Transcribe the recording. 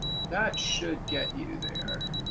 that should get you there.